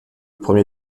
premier